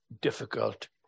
difficult